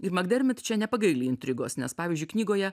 ir makdermit čia nepagaili intrigos nes pavyzdžiui knygoje